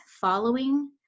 following